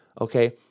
Okay